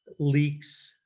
leaks,